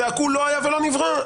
צעקו לא היה ולא נברא,